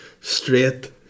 straight